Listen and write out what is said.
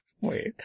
Wait